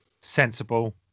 sensible